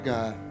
God